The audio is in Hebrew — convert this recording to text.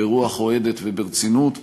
ברוח אוהדת וברצינות,